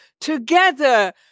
together